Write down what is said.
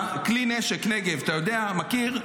כלי הנשק נגב, אתה יודע, מכיר?